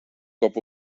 cop